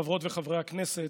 חברות וחברי הכנסת,